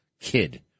kid